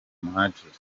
muhadjili